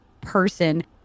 person